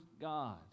God